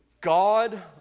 God